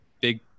big